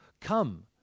come